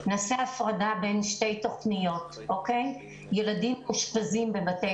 נעשה הפרדה בין שתי תוכניות: ילדים מאושפזים בבתי